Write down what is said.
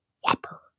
whopper